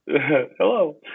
hello